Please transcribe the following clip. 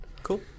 cool